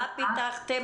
מה פיתחתם?